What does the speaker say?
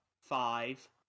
five